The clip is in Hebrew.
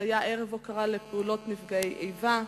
היה ערב הוקרה לנפגעי פעולות איבה,